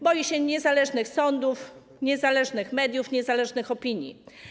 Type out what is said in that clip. Boi się niezależnych sądów, niezależnych mediów, niezależnych opinii.